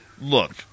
look